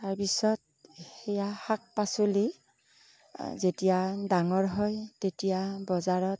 তাৰ পিছত সেইয়া শাক পাচলি যেতিয়া ডাঙৰ হয় তেতিয়া বজাৰত